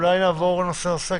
אולי נעבור נושא נושא,